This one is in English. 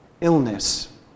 illness